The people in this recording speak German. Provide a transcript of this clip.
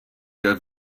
der